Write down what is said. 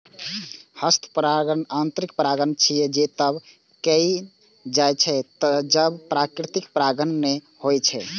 हस्त परागण यांत्रिक परागण छियै, जे तब कैल जाइ छै, जब प्राकृतिक परागण नै होइ छै